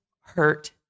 hurt